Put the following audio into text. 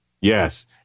Yes